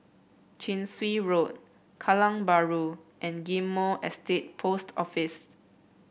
Chin Swee Road Kallang Bahru and Ghim Moh Estate Post Office